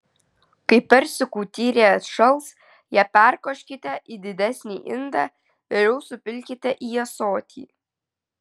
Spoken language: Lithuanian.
kai persikų tyrė atšals ją perkoškite į didesnį indą vėliau supilkite į ąsotį